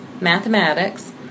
mathematics